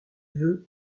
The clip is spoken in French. vœu